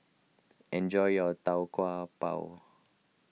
enjoy your Tau Kwa Pau